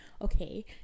okay